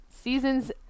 Season's